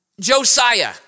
Josiah